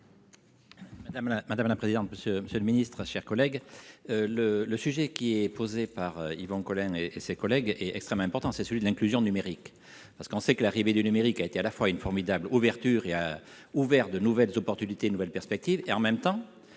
Madame la présidente, monsieur, monsieur le ministre, chers collègues, le le sujet qui est posé par Yvan Colonna et ses collègues est extrêmement important, c'est celui de l'inclusion numérique parce qu'on sait que l'arrivée du numérique a été à la fois une formidable ouverture, il a ouvert de nouvelles opportunités nouvelles perspectives, et en même temps,